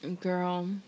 Girl